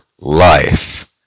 life